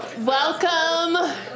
welcome